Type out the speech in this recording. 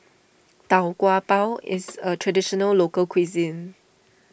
Tau Kwa Pau is a Traditional Local Cuisine